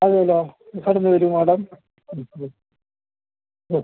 അതെല്ലോ കടന്ന് വരൂ മാഡം ഉം ഉം ഉം